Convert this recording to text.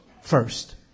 first